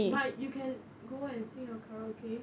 but you can go and singing or karaoke